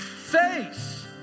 face